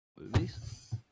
Movies